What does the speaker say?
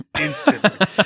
instantly